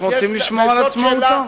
אנחנו רוצים לשמור על עצמאותו.